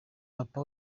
papa